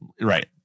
Right